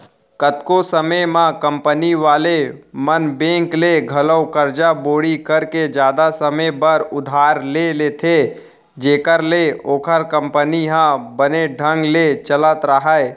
कतको समे म कंपनी वाले मन बेंक ले घलौ करजा बोड़ी करके जादा समे बर उधार ले लेथें जेखर ले ओखर कंपनी ह बने ढंग ले चलत राहय